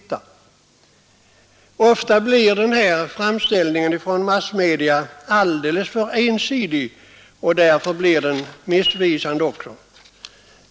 Ofta blir framställningen i massmedia alltför ensidig och därför också missvisande.